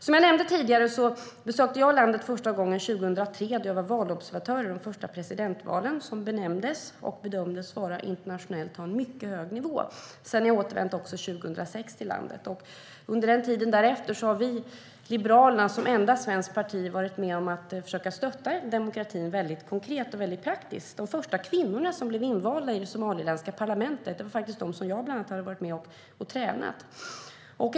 Som jag nämnde tidigare besökte jag landet första gången 2003, då jag var valobservatör i det första presidentvalet, som internationellt bedömdes ha en mycket hög nivå. Jag återvände också till landet 2006. Under tiden därefter har Liberalerna som enda svenskt parti varit med och försökt stötta demokratin väldigt konkret och praktiskt. De första kvinnorna som blev invalda i det somaliländska parlamentet var faktiskt de som bland annat jag varit med och tränat.